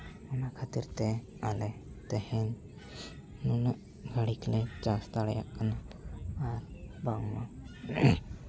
ᱚᱱᱟ ᱠᱷᱟᱹᱛᱤᱨᱛᱮ ᱟᱞᱮ ᱛᱮᱦᱮᱧ ᱱᱩᱱᱟᱹᱜ ᱦᱟᱹᱨᱤᱡ ᱞᱮ ᱪᱟᱥ ᱫᱟᱲᱮᱭᱟᱜ ᱠᱟᱱᱟ ᱟᱨ ᱵᱟᱝᱢᱟ